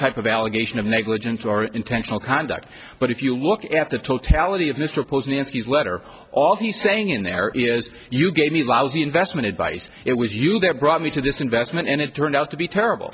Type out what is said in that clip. type of allegation of negligence or intentional conduct but if you look at the totality of mr posner anstey's letter all he's saying in there is you gave me lousy investment advice it was you that brought me to this investment and it turned out to be terrible